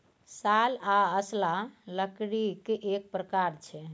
साल आ असला लकड़ीएक प्रकार छै